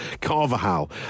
Carvajal